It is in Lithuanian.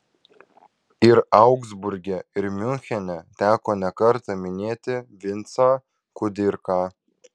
ir augsburge ir miunchene teko nekartą minėti vincą kudirką